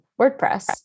WordPress